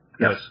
Yes